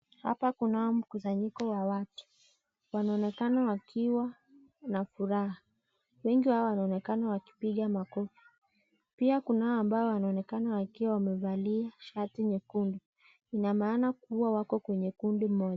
Hapa kunao mkusanyiko wa watu wanaonekana wakiwa na furaha. Wengi wao wanaonekana wakipiga makofi. Pia kunao ambao wanaonekana wakiwa wamevalia shati nyekundu. Ina maana kuwa wako kwenye kundi moja.